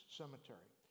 cemetery